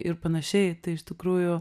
ir panašiai tai iš tikrųjų